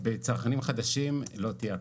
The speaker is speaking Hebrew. ובצרכנים חדשים לא תהיה הקפאה.